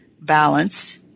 balance